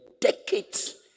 decades